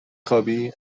خوابی